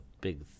big –